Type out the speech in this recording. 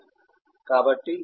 కాబట్టి UML 2